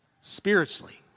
spiritually